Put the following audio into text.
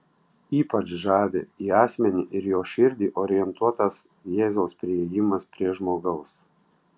ypač žavi į asmenį ir jo širdį orientuotas jėzaus priėjimas prie žmogaus